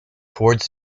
towards